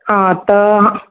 हा त